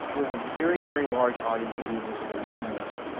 sort of a very, very large audience of users that are using this.